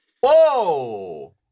Whoa